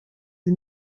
sie